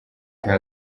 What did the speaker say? nta